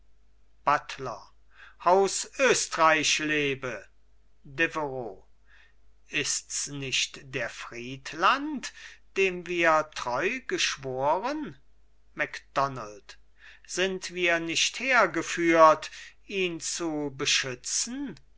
buttler haus östreich lebe deveroux ists nicht der friedland dem wir treu geschworen macdonald sind wir nicht hergeführt ihn zu beschützen